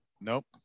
Nope